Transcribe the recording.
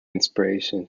inspiration